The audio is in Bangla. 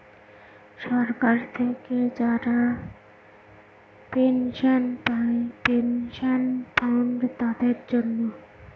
সরকার থেকে যারা পেনশন পায় পেনশন ফান্ড তাদের জন্য